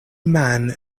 man